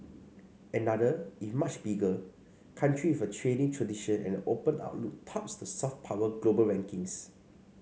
another if much bigger country with a trading tradition and an open outlook tops the soft power global rankings